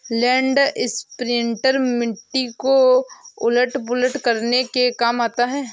land imprinter मिट्टी को उलट पुलट करने के काम आता है